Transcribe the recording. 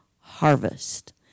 harvest